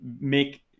make